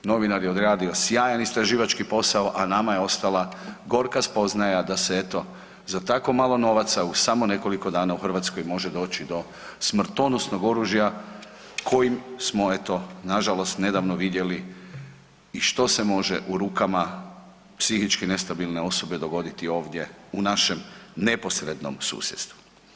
Novinar je odradio sjajan istraživački posao, a nama je ostala gorka spoznaja da se eto za tako malo novaca u samo nekoliko dana u Hrvatskoj može doći do smrtonosnog oružja kojim smo eto nažalost nedavno vidjeli i što se može u rukama psihički nestabilne osobe dogoditi ovdje u našem neposrednom susjedstvu.